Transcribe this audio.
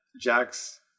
Jax